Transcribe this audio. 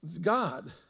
God